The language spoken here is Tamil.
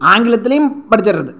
ஆங்கிலத்திலையும் படிச்சிடுறது